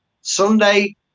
sunday